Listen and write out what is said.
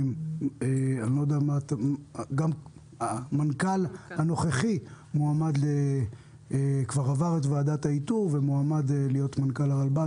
את המנכ"ל הנוכחי שכבר עבר את ועדת האיתור ומועמד להיות מנכ"ל הרלב"ד.